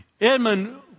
Edmund